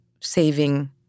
saving